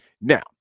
now